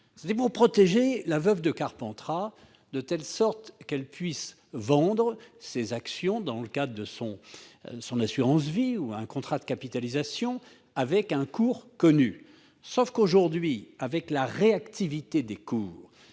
était de protéger la veuve de Carpentras, de telle sorte qu'elle puisse vendre ses actions dans le cadre de son assurance vie ou de son contrat de capitalisation avec un cours connu. Or, aujourd'hui, avec la réactivité des cours,